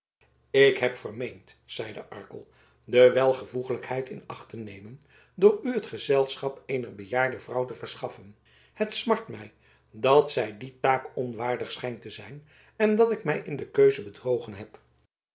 ik heb vermeend zeide arkel de welvoeglijkheid in acht te nemen door u het gezelschap eener bejaarde vrouw te verschaffen het smart mij dat zij die taak onwaardig schijnt te zijn en dat ik mij in de keuze bedrogen heb